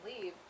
leave